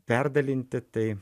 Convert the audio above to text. perdalinti tai